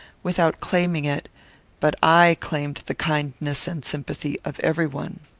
without claiming it but i claimed the kindness and sympathy of every one.